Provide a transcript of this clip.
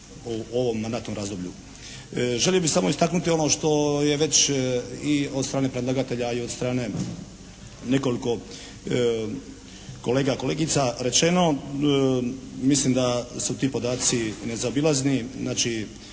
u ovom mandatnom razdoblju. Želio bih samo istaknuti ono što je već i od strane predlagatelja, a i od strane nekoliko kolega i kolegica rečeno. Mislim da su ti podaci nezaobilazni,